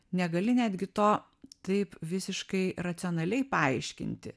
negali netgi to taip visiškai racionaliai paaiškinti